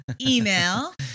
email